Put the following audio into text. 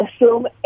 assume